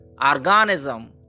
organism